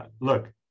look